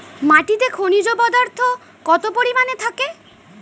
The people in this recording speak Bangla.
মাটিতে খনিজ পদার্থ কত পরিমাণে থাকে?